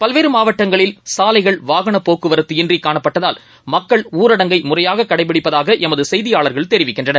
பல்வேறுமாவட்டங்களில் சாலைகள் வாகனபோக்குவரத்து இன்றிகாணப்பட்டதால் மக்கள் ஊரடங்கை முறையாககடைப்பிடிப்பதாகஎமதுசெய்தியாளர்கள் தெரிவிக்கின்றனர்